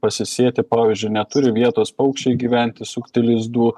pasisėti pavyzdžiui neturi vietos paukščiai gyventi sukti lizdų